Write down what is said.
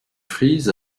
frise